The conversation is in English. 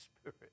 Spirit